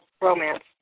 romance